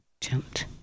Jumped